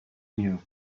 knew